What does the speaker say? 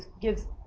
gives